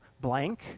blank